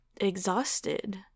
exhausted